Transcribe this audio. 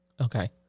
Okay